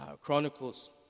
Chronicles